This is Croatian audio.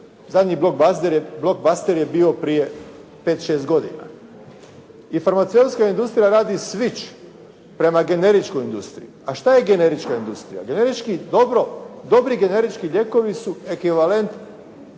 Zadnji blockbuster je bio prije pet, šest godina. I farmaceutska industrija radi switch prema generičkoj industriji. A šta je generička industrija? Generički dobri, dobri generički lijekovi su ekvivalent